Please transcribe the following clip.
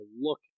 look